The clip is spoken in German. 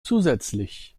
zusätzlich